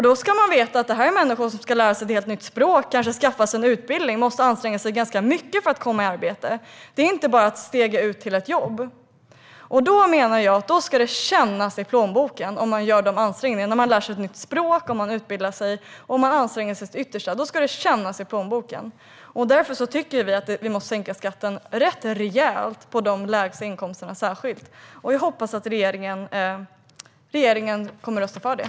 Då ska man veta att detta är människor som ska lära sig ett helt nytt språk, som kanske ska skaffa sig en utbildning och som måste anstränga sig ganska mycket för att komma i arbete. Det är inte bara att stega ut till ett jobb. Jag menar att det ska märkas i plånboken om man gör de ansträngningarna. Om man lär sig ett nytt språk, om man utbildar sig och om man anstränger sig till sitt yttersta ska det märkas i plånboken. Därför tycker vi att vi måste sänka skatten rätt rejält för särskilt dem med de lägsta inkomsterna. Jag hoppas att regeringen kommer att rösta för det.